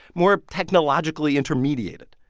more technologically intermediated.